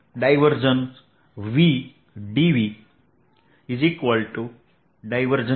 dV V